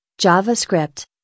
JavaScript